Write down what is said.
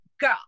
girl